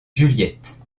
juliette